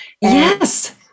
Yes